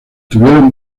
tuvieron